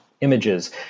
images